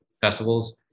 festivals